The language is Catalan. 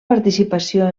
participació